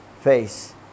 face